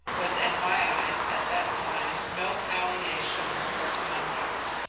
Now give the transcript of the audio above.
was in my eyes at that time, no palliation of her conduct.